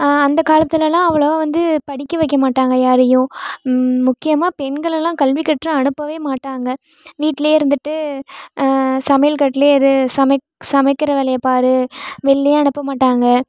அந்தக் காலத்துலெலாம் அவ்வளோவா வந்து படிக்க வைக்க மாட்டாங்க யாரையும் முக்கியமாக பெண்கள் எல்லாம் கல்வி கற்க அனுப்பவே மாட்டாங்க வீட்டிலே இருந்துகிட்டு சமையல்கட்டுலே இரு சமைக் சமைக்கிற வேலையைப் பார் வெளிலேயே அனுப்ப மாட்டாங்க